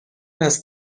است